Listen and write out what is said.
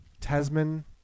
Tasman